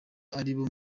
aribo